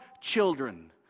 children